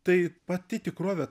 tai pati tikrovė